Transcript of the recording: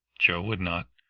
joe would not,